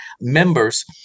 members